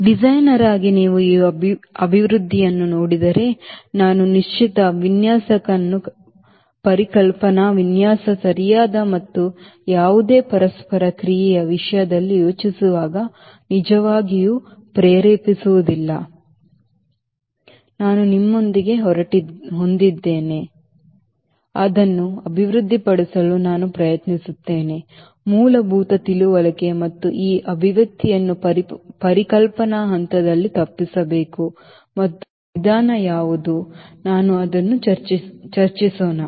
designer ಆಗಿ ನೀವು ಈ ಅಭಿವ್ಯಕ್ತಿಯನ್ನು ನೋಡಿದರೆ ನಾನು ನಿಶ್ಚಿತ ವಿನ್ಯಾಸಕನು ಪರಿಕಲ್ಪನಾ ವಿನ್ಯಾಸ ಸರಿಯಾದ ಮತ್ತು ಯಾವುದೇ ಪರಸ್ಪರ ಕ್ರಿಯೆಯ ವಿಷಯದಲ್ಲಿ ಯೋಚಿಸುವಾಗ ನಿಜವಾಗಿಯೂ ಪ್ರೇರೇಪಿಸುವುದಿಲ್ಲ ನಾನು ನಿಮ್ಮೊಂದಿಗೆ ಹೊಂದಿದ್ದೇನೆ ಅದನ್ನು ಅಭಿವೃದ್ಧಿಪಡಿಸಲು ನಾನು ಪ್ರಯತ್ನಿಸುತ್ತೇನೆ ಮೂಲಭೂತ ತಿಳುವಳಿಕೆ ನಾವು ಈ ಅಭಿವ್ಯಕ್ತಿಯನ್ನು ಪರಿಕಲ್ಪನಾ ಹಂತದಲ್ಲಿ ತಪ್ಪಿಸಬೇಕು ಮತ್ತು ನಮ್ಮ ವಿಧಾನ ಯಾವುದು ನಾನು ಅದನ್ನು ಚರ್ಚಿಸೋಣ